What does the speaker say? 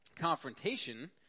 confrontation